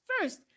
First